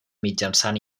mitjançant